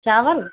चावल